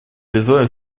призываю